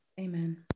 amen